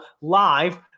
live